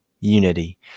unity